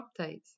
updates